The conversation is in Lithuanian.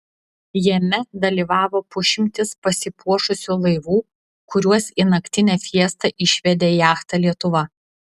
jame dalyvavo pusšimtis pasipuošusių laivų kuriuos į naktinę fiestą išvedė jachta lietuva